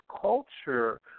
culture